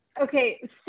Okay